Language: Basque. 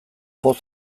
poz